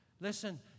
Listen